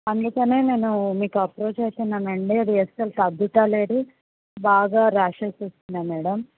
అందుకనే నేను మీకు అప్రోచ్ అవుతున్నాను అండి అది అస్సలు తగ్గడంలేదు బాగా ర్యాషెస్ వస్తున్నాయి మేడమ్